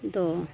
ᱫᱚ